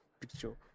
picture